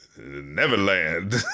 neverland